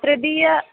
तृतीया